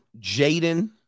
Jaden